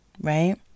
right